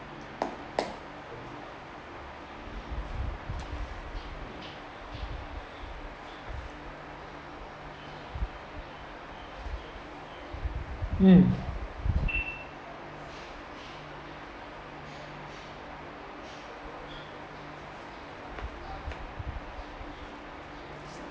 mm